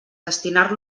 destinar